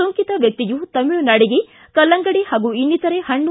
ಸೋಂಕಿತ ವ್ಯಕ್ತಿಯು ತಮಿಳುನಾಡಿಗೆ ಕಲ್ಲಂಗಡಿ ಹಾಗೂ ಇನ್ನಿತರೆ ಹಣ್ಣು